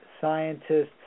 scientists